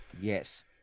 Yes